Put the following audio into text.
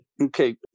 Okay